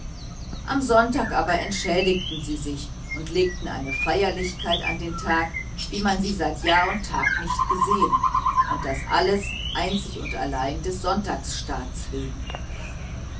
am sonntag aber entschädigten sie sich und legten eine feierlichkeit an den tag wie man sie seit jahr und tag nicht gesehen und das alles einzig und allein des sonntagsstaats wegen